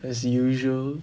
as usual